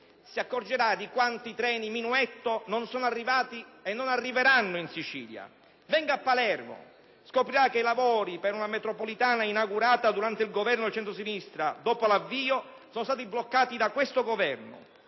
si accorgerà di quanti treni Minuetto non sono arrivati e non arriveranno in Sicilia; venga a Palermo: scoprirà che i lavori per una metropolitana inaugurata durante il Governo di centrosinistra, dopo l'avvio, sono stati bloccati da questo Governo.